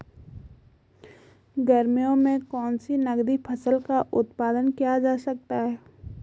गर्मियों में कौन सी नगदी फसल का उत्पादन किया जा सकता है?